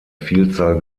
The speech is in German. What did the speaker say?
vielzahl